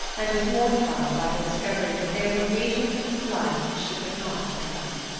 and was mortified by the discovery that there were regions of his life she could not enter.